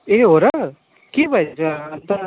ए हो र के भएछ अन्त